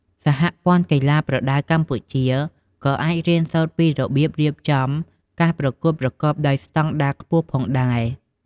សហព័ន្ធកីឡាប្រដាល់កម្ពុជា ក៏អាចរៀនសូត្រពីរបៀបរៀបចំការប្រកួតប្រកបដោយស្តង់ដារខ្ពស់ផងដែរ។